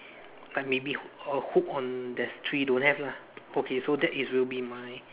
like maybe a hook on there's three don't have lah so that will be my